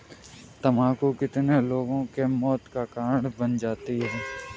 तम्बाकू कितने लोगों के मौत का कारण बन जाती है